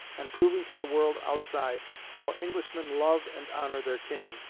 and proving to the world outside how englishmen love and honour their king,